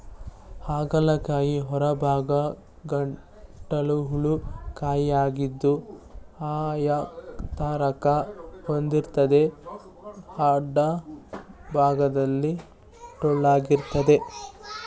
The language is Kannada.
ಹಾಗಲ ಕಾಯಿ ಹೊರಭಾಗ ಗಂಟುಳ್ಳ ಕಾಯಿಯಾಗಿದ್ದು ಆಯತಾಕಾರ ಹೊಂದಿರ್ತದೆ ಅಡ್ಡಭಾಗದಲ್ಲಿ ಟೊಳ್ಳಾಗಿರ್ತದೆ